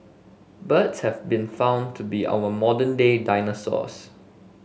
birds have been found to be our modern day dinosaurs